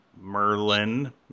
Merlin